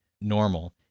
normal